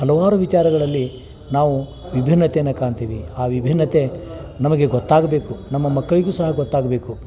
ಹಲವಾರು ವಿಚಾರಗಳಲ್ಲಿ ನಾವು ವಿಭಿನ್ನತೆಯನ್ನು ಕಾಣ್ತೀವಿ ಆ ವಿಭಿನ್ನತೆ ನಮಗೆ ಗೊತ್ತಾಗಬೇಕು ನಮ್ಮ ಮಕ್ಕಳಿಗೂ ಸಹ ಗೊತ್ತಾಗಬೇಕು